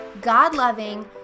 God-loving